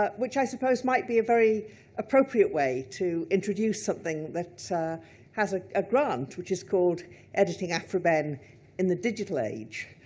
ah which i suppose might be a very appropriate way to to introduce something that has ah a grant, which is called editing aphra behn in the digital age.